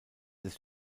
des